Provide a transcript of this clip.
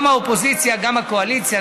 גם האופוזיציה, גם הקואליציה.